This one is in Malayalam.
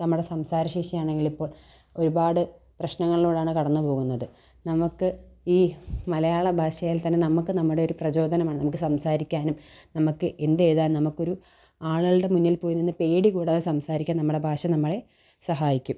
നമ്മുടെ സംസാര ശേഷിയാണെങ്കിൽ ഇപ്പോൾ ഒരുപാട് പ്രശ്നങ്ങളിലൂടെയാണ് കടന്ന് പോകുന്നത് നമുക്ക് ഈ മലയാള ഭാഷയിൽത്തന്നെ നമുക്ക് നമ്മുടെ ഒരു പ്രചോദനമാണ് നമുക്ക് സംസാരിക്കാനും നമുക്ക് എന്തെഴുതാനും നമുക്കൊരു ആളുകളുടെ മുന്നിൽ പോയി നിന്ന് ഒരു പേടി കൂടാതെ സംസാരിക്കാൻ നമ്മുടെ ഭാഷ നമ്മളെ സഹായിക്കും